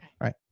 right